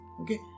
Okay